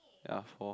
ya for